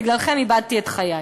בגללכם איבדתי את חיי.